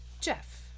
Jeff